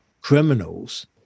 criminals